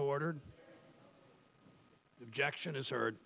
ordered objection is